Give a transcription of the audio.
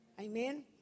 Amen